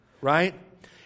right